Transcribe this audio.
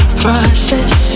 process